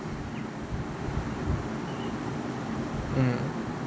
mm